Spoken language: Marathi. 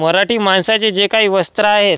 मराठी माणसाचे जे काही वस्त्रं आहेत